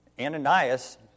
Ananias